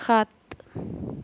সাত